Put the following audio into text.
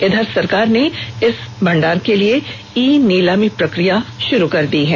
इधर सरकार ने इस भंडार के लिए ई नीलामी प्रक्रिया शुरू कर दी है